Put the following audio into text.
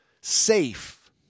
safe